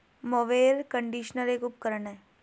mower conditioner एक उपकरण है